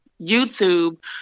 YouTube